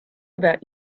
about